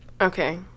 Okay